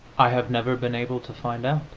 i have never been able to find out.